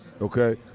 okay